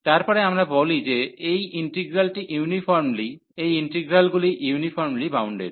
তারপরে আমরা বলে যে এই ইন্টিগ্রালটি ইউনিফর্মলি এই ইন্টিগ্রালগুলি ইউনিফর্মলি বাউন্ডেড